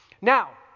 Now